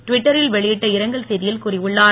ட்விட்டரில் வெளியிட்ட இரங்கல் செய்தியில் கூறியுள்ளார்